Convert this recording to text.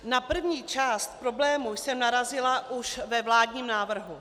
Na první část problému jsem narazila už ve vládním návrhu.